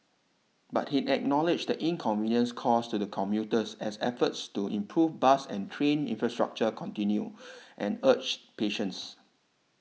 but he acknowledged the inconvenience caused to commuters as efforts to improve bus and train infrastructure continue and urged patience